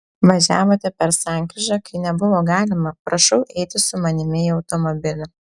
važiavote per sankryžą kai nebuvo galima prašau eiti su manimi į automobilį